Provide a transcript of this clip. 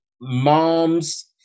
moms